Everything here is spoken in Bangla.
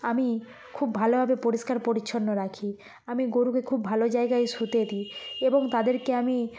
আমি খুব ভালোভাবে পরিষ্কার পরিচ্ছন্ন রাখি আমি গরুকে খুব ভালো জায়গায় শুতে দিই এবং তাদেরকে আমি